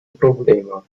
problema